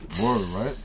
right